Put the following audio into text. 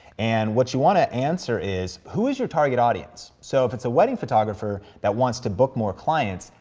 and what you wanna answer is, who is your target audience? so, if it's a wedding photographer that wants to book more clients,